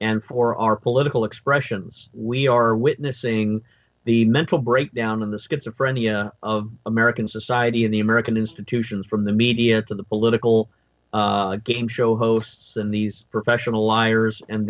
and for our political expressions we are witnessing the mental breakdown in the schizophrenia of american society and the american institutions from the media to the political game show hosts and these professional liars and